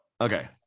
Okay